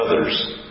others